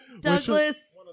Douglas